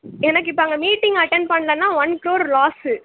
எனக்கு இப்போ அங்கே மீட்டிங் அட்டெண்ட் பண்ணலன்னா ஒன் குரோர் லாஸ்ஸு